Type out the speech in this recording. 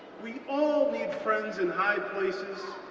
we all need friends in higher places,